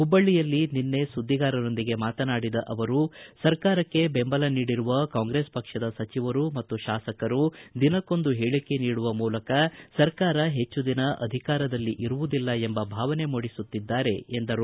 ಹುಬ್ಲ್ಲಿಯಲ್ಲಿ ನಿನ್ನೆ ಸುದ್ಲಿಗಾರರೊಂದಿಗೆ ಮಾತನಾಡಿದ ಅವರು ಸರ್ಕಾರಕ್ಕೆ ಬೆಂಬಲ ನೀಡಿರುವ ಕಾಂಗ್ರೆಸ್ ಪಕ್ಷದ ಸಚಿವರು ಮತ್ತು ಶಾಸಕರು ದಿನಕ್ಕೊಂದು ಹೇಳಿಕೆ ನೀಡುವ ಮೂಲಕ ಸರ್ಕಾರ ಹೆಚ್ಚು ದಿನ ಅಧಿಕಾರದಲ್ಲಿ ಇರುವುದಿಲ್ಲ ಎಂಬ ಭಾವನೆ ಮೂಡಿಸುತ್ತಿದ್ದಾರೆ ಎಂದರು